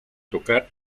tocar